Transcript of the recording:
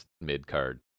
mid-card